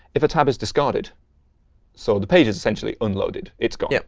if a tab is discarded so the page is essentially unloaded. it's gone.